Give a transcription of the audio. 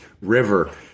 river